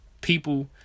people